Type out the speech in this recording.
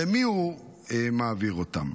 למי הוא מעביר אותם,